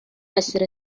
essere